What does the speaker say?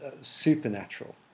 supernatural